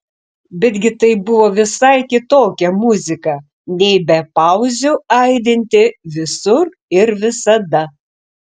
betgi tai buvo visai kitokia muzika nei be pauzių aidinti visur ir visada